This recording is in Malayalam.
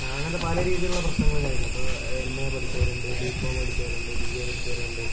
അങ്ങനത്തെ പല രീതിയിലുള്ള പ്രശ്നങ്ങളും കാര്യങ്ങളും ഇപ്പോൾ എം എ പഠിച്ചവരുണ്ട് ബികോം പഠിച്ചവരുണ്ട് ബി എ പഠിച്ചവരുണ്ട്